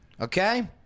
Okay